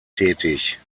tätig